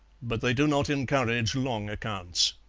but they do not encourage long accounts.